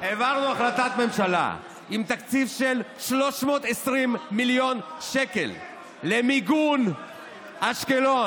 העברנו החלטת ממשלה עם תקציב של 320 מיליון שקל למיגון אשקלון.